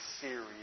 serious